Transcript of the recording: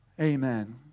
Amen